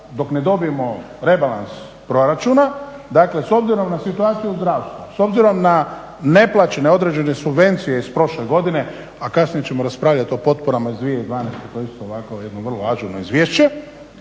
dok ne dobijemo rebalans proračuna, dakle s obzirom na situaciju u zdravstvu, s obzirom na neplaćene određene subvencije iz prošle godine, a kasnije ćemo raspravljati o potporama iz 2012. to je isto ovako jedno vrlo ažurno izvješće